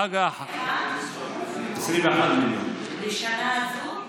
על 21 מיליון, לשנה זו?